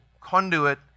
conduit